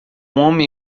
homem